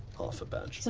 half a badge.